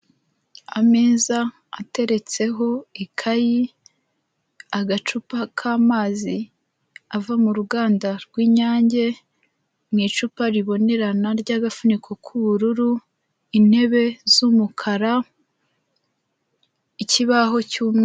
Ameza ateretseho ikayi agacupa k'amazi ava mu ruganda rw'Inynge mu icupa ribonerana ry'agafuniko k'ubururu, intebe z'umukara ikibaho cy'umweru.